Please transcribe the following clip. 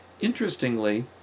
Interestingly